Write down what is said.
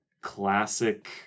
classic